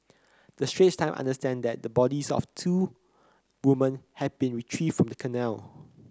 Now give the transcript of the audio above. the Straits Times understand that the bodies of two woman have been retrieved from the canal